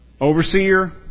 Overseer